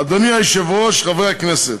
אדוני היושב-ראש, חברי הכנסת,